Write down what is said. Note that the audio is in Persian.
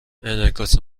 انعکاس